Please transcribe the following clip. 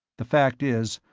the fact is,